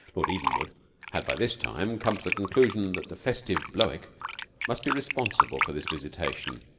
lord evenwood had, by this time, come to the conclusion that the festive blowick must be responsible for this visitation.